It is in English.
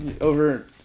over